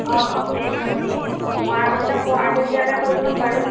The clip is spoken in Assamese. অঁ অঁ মই আগতে কোৱা আগতীয়াকৈ কৈ থম বাৰু